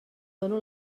dono